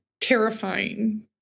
terrifying